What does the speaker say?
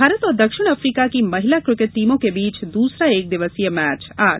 भारत और दक्षिण अफ्रीका की महिला किकेट टीमों के बीच दूसरा एक दिवसीय मैच आज